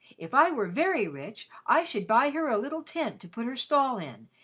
if i were very rich i should buy her a little tent to put her stall in,